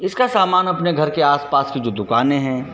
इसका सामान अपने घर के आस पास की जो दुकानें हैं